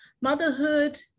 motherhood